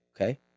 okay